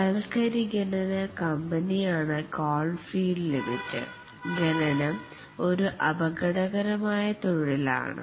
കൽക്കരി ഖനന കമ്പനിയാണ് കോൾ ഫീൽഡ് ലിമിറ്റഡ് ഖനനം ഒരു അപകടകരമായ തൊഴിലാണ്